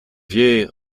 vieille